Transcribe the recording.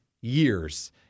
years